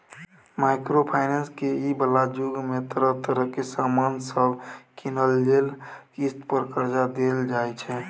micro finance के इ बला जुग में तरह तरह के सामान सब कीनइ लेल किस्त पर कर्जा देल जाइ छै